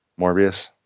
Morbius